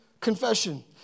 confession